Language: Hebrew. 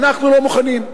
אנחנו לא מוכנים,